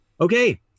okay